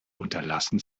unterlassen